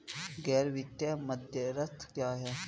गैर वित्तीय मध्यस्थ क्या हैं?